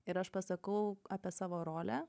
ir aš pasakau apie savo rolę